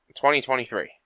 2023